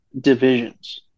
divisions